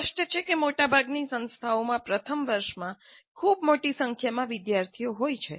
સ્પષ્ટ છે કે મોટાભાગની સંસ્થાઓમાં પ્રથમ વર્ષમાં ખૂબ મોટી સંખ્યામાં વિદ્યાર્થીઓ હોય છે